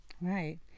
Right